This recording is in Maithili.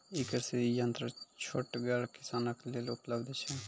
ई कृषि यंत्र छोटगर किसानक लेल उपलव्ध छै?